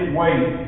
wait